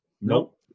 Nope